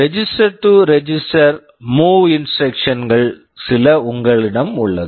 register to register move instructions register to register move instructions கள் சில உங்களிடம் உள்ளது